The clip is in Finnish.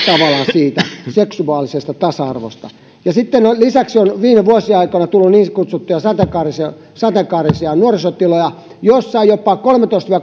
siitä seksuaalisesta tasa arvosta sitten lisäksi on viime vuosien aikana tullut niin kutsuttuja sateenkaarisia sateenkaarisia nuorisotiloja joissa jopa kolmetoista viiva